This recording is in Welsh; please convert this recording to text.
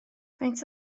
faint